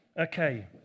Okay